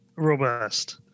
Robust